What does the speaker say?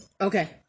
Okay